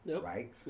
Right